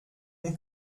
mon